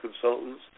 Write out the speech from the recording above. consultants